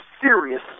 serious